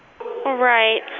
Right